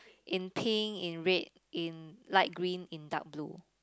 in pink in red in light green in dark blue